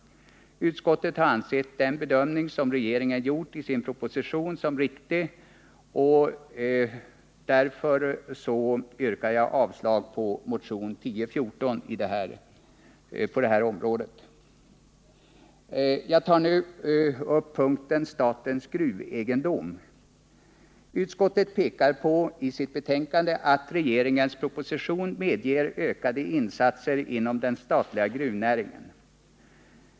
Utskottet har ansett den bedömning som regeringen gjort i sin proposition vara riktig, och därför yrkar jag avslag på motionen 1014 i den här delen. Jag tar nu upp punkten Statens gruvegendom. Utskottet pekar i sitt betänkande på att regeringens proposition medger ökade insatser inom den statliga gruvnäringen.